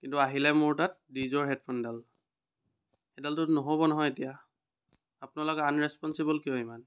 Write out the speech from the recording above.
কিন্তু আহিলে মোৰ তাত ডিজ'ৰ হেডফ'নডাল সেইডালটো নহ'ব নহয় এতিয়া আপোনালোক আনৰেচপনচিব'ল কিয় ইমান